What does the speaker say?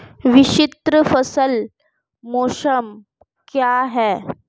विभिन्न फसल मौसम क्या हैं?